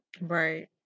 Right